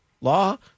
law